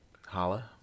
Holla